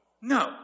No